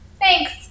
Thanks